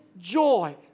joy